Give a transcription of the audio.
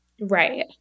Right